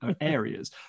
areas